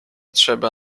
trzeba